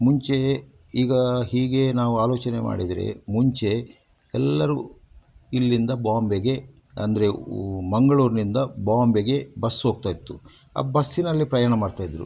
ಮುಂಚೆ ಈಗ ಹೀಗೇ ನಾವು ಆಲೋಚನೆ ಮಾಡಿದರೆ ಮುಂಚೆ ಎಲ್ಲರೂ ಇಲ್ಲಿಂದ ಬಾಂಬೆಗೆ ಅಂದರೆ ಉ ಮಂಗಳೂರಿನಿಂದ ಬಾಂಬೆಗೆ ಬಸ್ ಹೋಗ್ತಾಯಿತ್ತು ಆ ಬಸ್ಸಿನಲ್ಲಿ ಪ್ರಯಾಣ ಮಾಡ್ತಾಯಿದ್ದರು